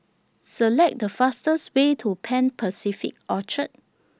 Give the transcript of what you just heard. Select The fastest Way to Pan Pacific Orchard